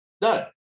done